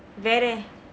வேற:veera